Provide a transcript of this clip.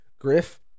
Griff